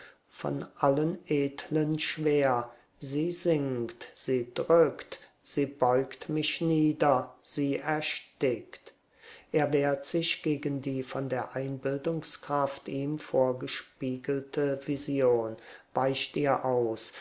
von allen edlen schwer sie sinkt sie drückt sie beugt mich nieder sie erstickt er wehrt sich gegen die von der einbildungskraft ihm vorgespiegelte vision weicht ihr aus